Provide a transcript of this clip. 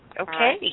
Okay